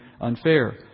unfair